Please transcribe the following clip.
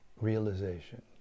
realization